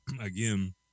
again